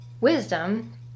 Wisdom